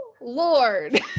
lord